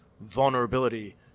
vulnerability